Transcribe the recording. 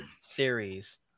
series